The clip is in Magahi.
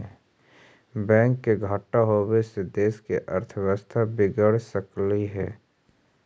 बैंक के घाटा होबे से देश के अर्थव्यवस्था बिगड़ सकलई हे